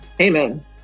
Amen